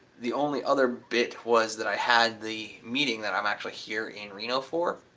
the only other bit was that i had the meeting that i'm actually here in reno for.